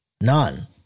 None